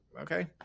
okay